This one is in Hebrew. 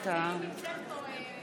(קוראת בשמות חברי הכנסת)